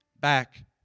back